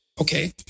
Okay